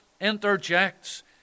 interjects